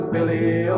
Billy